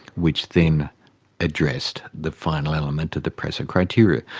which then addressed the final element of the presser criteria.